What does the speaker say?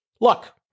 Look